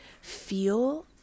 feel